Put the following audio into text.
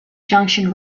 junction